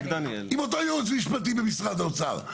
עם אותו ייעוץ משפטי במשרד האוצר.